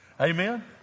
Amen